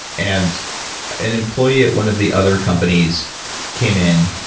and an employee at one of the other companies came in